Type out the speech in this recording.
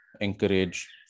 encourage